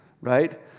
right